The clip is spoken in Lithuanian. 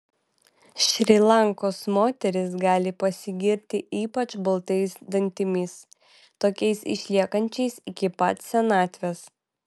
šri lankos moterys gali pasigirti ypač baltais dantimis tokiais išliekančiais iki pat senatvės